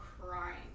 crying